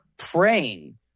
praying